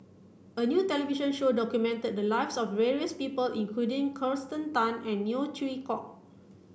a new television show documented the lives of various people including Kirsten Tan and Neo Chwee Kok